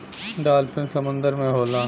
dolphin समुंदर में होला